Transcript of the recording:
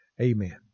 amen